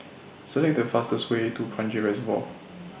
Select The fastest Way to Kranji Reservoir